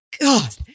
God